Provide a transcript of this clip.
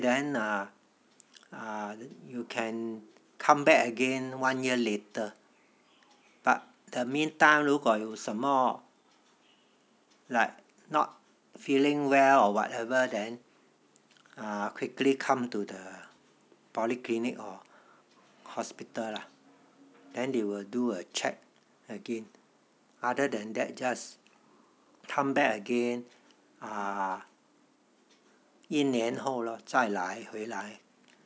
then uh uh you can come back again one year later but the meantime 如果有什么 like not feeling well or whatever then quickly come to the polyclinic or hospital lah then they will do a check again other than that just come back again ah 一年后咯再来回来